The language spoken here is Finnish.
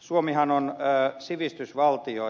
suomihan on sivistysvaltio